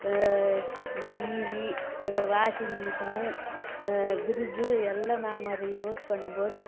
இந்த TV washing machine fridge எல்லாம் நம் அதை யூஸ் பண்ணும் போது